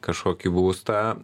kažkokį būstą